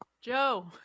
Joe